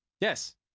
Yes